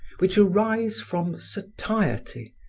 which arise from satiety,